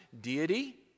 deity